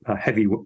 heavy